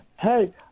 Hey